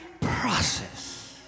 process